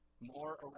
More